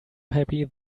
happy